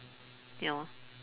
ya lah